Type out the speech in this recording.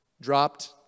Dropped